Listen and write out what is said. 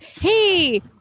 Hey